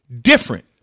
different